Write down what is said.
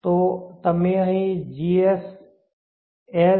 તો તમે અહીં gschem svpwm